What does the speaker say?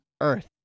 earth